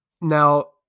Now